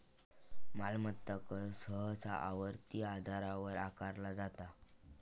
मालमत्ता कर सहसा आवर्ती आधारावर आकारला जाता